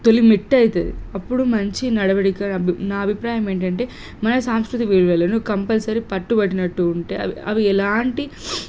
తొలిమెట్టు అవుతుంది అప్పుడు మంచి నడవడిక అబ్ నా అభిప్రాయం ఏంటంటే మన సాంస్కృతిక విలువలను కంపల్సరీ పట్టు బట్టినట్టు ఉంటే అవి అవి ఎలాంటి